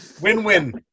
Win-win